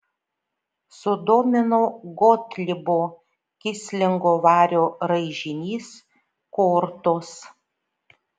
sudomino gotlibo kislingo vario raižinys kortos